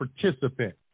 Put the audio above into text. participant